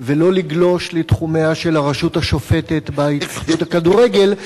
ולא לגלוש לתחומיה של הרשות השופטת בהתאחדות הכדורגל.